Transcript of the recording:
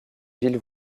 ville